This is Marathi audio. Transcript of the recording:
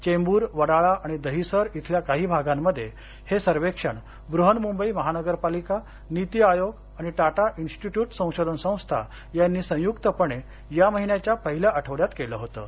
चेंबूर वडाळा आणि दहिसर इथल्या काही भागांमध्ये हे सर्वेक्षण बृहनमुंबई महानगर पालिका नीती आयोग आणि टाटा इन्स्टिट्यूट संशोधन संस्था यांनी संयुक्तपणे या महिन्याच्या पहिल्या आठवड्यात केलं होतं